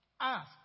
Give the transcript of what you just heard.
Ask